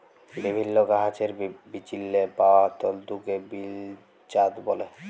বিভিল্ল্য গাহাচের বিচেল্লে পাউয়া তল্তুকে বীজজাত ব্যলে